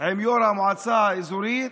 עם יו"ר המועצה האזורית.